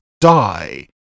die